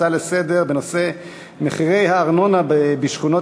הצעה לסדר-היום בנושא תעריפי הארנונה בשכונות